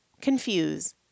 confuse